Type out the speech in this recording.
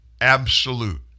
absolute